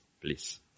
please